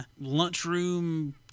lunchroom